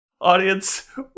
Audience